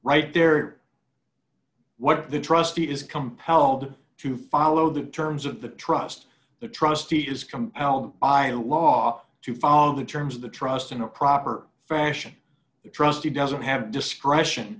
right there what the trustee is compelled to follow the terms of the trust the trustee is compelled iowa law to follow the terms of the trust in a proper fashion the trustee doesn't have discretion